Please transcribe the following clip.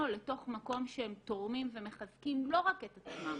אל תוך מקום שהם תורמים ומחזקים לא רק את עצמם,